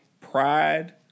pride